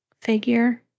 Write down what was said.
figure